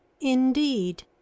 Indeed